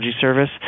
service